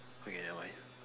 okay never mind